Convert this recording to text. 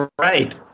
right